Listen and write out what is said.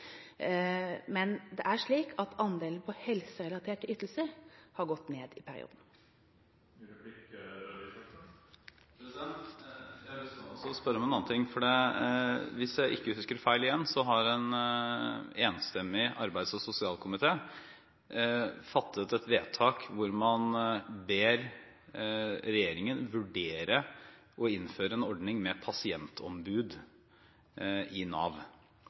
Men det er slik at andelen helserelaterte ytelser har gått ned i perioden. Jeg har lyst til å spørre om en annen ting. Hvis jeg ikke husker feil igjen, har en enstemmig arbeids- og sosialkomité fattet et vedtak hvor man ber regjeringen vurdere å innføre en ordning med pasientombud i Nav.